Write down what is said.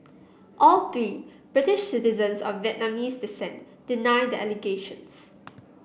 all three British citizens of Vietnamese descent deny the allegations